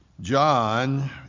John